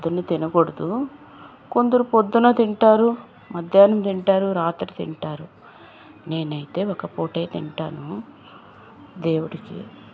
పొద్దున్నే తినకూడదు కొందరు పొద్దున తింటారు మధ్యాహ్నం తింటారు రాత్రి తింటారు నేనైతే ఒక పూటే తింటాను దేవుడికి